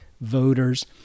voters